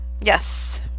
yes